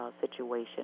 situation